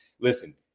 listen